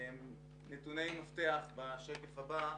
נתוני מפתח בשקף הבא: